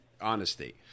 honesty